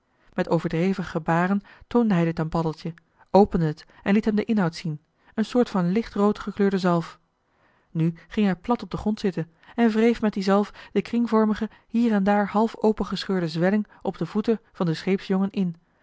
met overdreven gebaren toonde hij dit aan paddeltje opende het en liet hem den inhoud zien een soort van lichtrood gekleurde zalf nu ging hij plat op den grond zitten en wreef met die zalf de kringvormige hier en daar half opengescheurde zwelling op de voeten van den scheepsjongen in